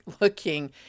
looking